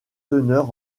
teneur